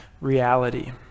reality